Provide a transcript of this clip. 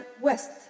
west